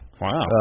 Wow